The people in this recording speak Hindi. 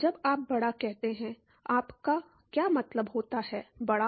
जब आप बड़ा कहते हैं तो आपका क्या मतलब होता है बड़ा